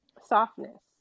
softness